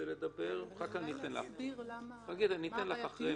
רוצה להתייחס לסעיף.